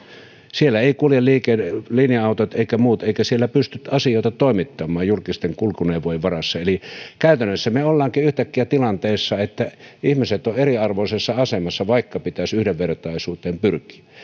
siellä eivät kulje linja autot eivätkä muut eikä siellä pysty asioita toimittamaan julkisten kulkuneuvojen varassa eli käytännössä me olemmekin yhtäkkiä tilanteessa että ihmiset ovat eriarvoisessa asemassa vaikka pitäisi yhdenvertaisuuteen pyrkiä